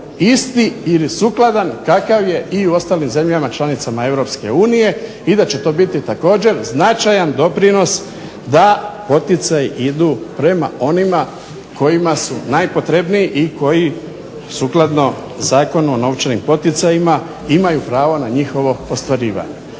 isti ili sukladan kakav je i u ostalim zemljama članicama Europske unije i da će to biti također značajan doprinos da poticaji idu prema onima kojima su najpotrebniji i koji sukladno Zakonu o novčanim poticajima imaju pravo na njihovo ostvarivanje.